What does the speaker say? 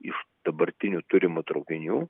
iš dabartinių turimų traukinių